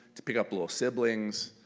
to pick up little siblings,